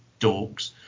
dorks